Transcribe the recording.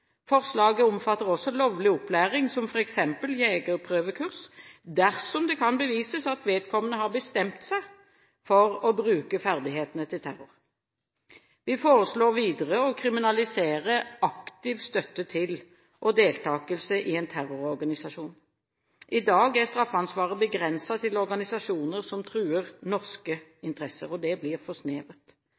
Forslaget omfatter også lovlig opplæring, som f.eks. jegerprøvekurs, dersom det kan bevises at vedkommende har bestemt seg for å bruke ferdighetene til terror. Vi foreslår videre å kriminalisere aktiv støtte til og deltakelse i en terrororganisasjon. I dag er straffansvaret begrenset til organisasjoner som truer norske interesser. Det blir